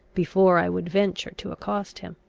before i would venture to accost him.